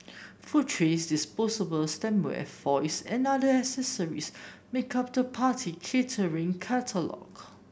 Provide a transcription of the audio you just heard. food trays disposable stemware foils and other accessories make up the party catering catalogue